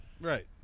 Right